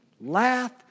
laugh